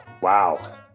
Wow